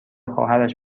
خواهرش